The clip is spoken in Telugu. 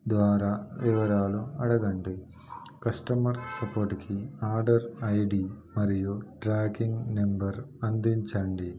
ద్వారా వివరాలు అడగండి కస్టమర్ సపోర్టుకి ఆర్డర్ ఐ డీ మరియు ట్రాకింగ్ నెంబర్ అందించండి